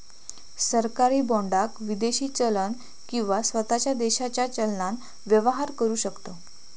सरकारी बाँडाक विदेशी चलन किंवा स्वताच्या देशाच्या चलनान व्यवहार करु शकतव